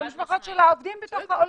המשפחות של העובדים בתוך האולמות.